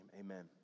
amen